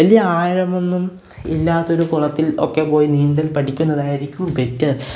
വലിയ ആഴമൊന്നും ഇല്ലാത്തൊരു കുളത്തിൽ ഒക്കെ പോയി നീന്തൽ പഠിക്കുന്നതായിരിക്കും ബെറ്റർ